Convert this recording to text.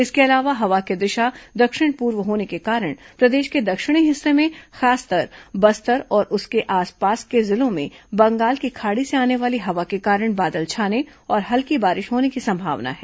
इसके अलावा हवा की दिशा दक्षिण पूर्व होने के कारण प्रदेश के दक्षिणी हिस्से में खासकर बस्तर और उसके आसपास के जिलों में बंगाल की खाड़ी से आने वाली हवा के कारण बादल छाने और हल्की बारिश होने की संभावना है